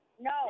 No